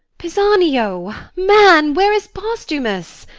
pisanio! man! where is posthumus?